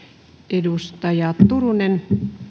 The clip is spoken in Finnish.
edustaja turunen